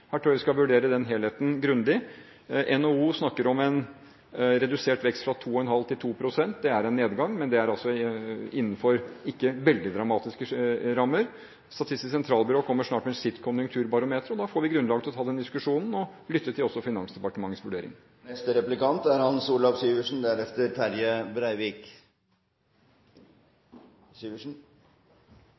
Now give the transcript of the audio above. Her tror jeg vi skal vurdere den helheten grundig. NHO snakker om en redusert vekst fra 2,5 pst. til 2 pst. Det er en nedgang, men det er innenfor ikke veldig dramatiske rammer. Statistisk Sentralbyrå kommer snart med sitt konjunkturbarometer, og da får vi et grunnlag for å ta den diskusjonen, og vi skal også lytte til Finansdepartementets vurdering. Problemet med produktiviteten i norsk økonomi er